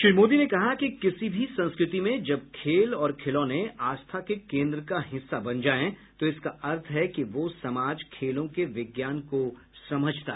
श्री मोदी ने कहा कि किसी भी संस्कृति में जब खेल और खिलौने आस्था के केन्द्रों का हिस्सा बन जाए तो इसका अर्थ है कि वो समाज खेलों के विज्ञान को समझता है